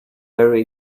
very